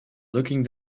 looking